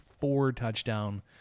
four-touchdown